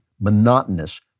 monotonous